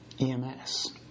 EMS